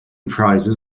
prizes